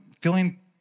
feeling